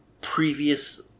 previous